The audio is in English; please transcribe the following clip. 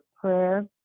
prayer